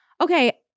Okay